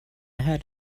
had